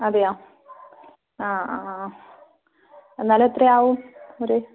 അതെയോ ആ ആ ആ എന്നാൽ എത്രയാവും ഒര്